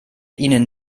ihnen